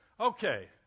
Okay